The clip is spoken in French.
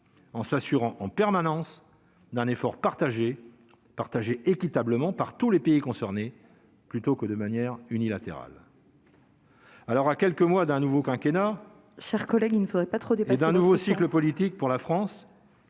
en s'assurant en permanence d'un effort partagé, partagé équitablement par tous les pays concernés, plutôt que de manière unilatérale. Alors, à quelques mois d'un nouveau quinquennat chers collègues, il ne